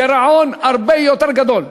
גירעון הרבה יותר גדול.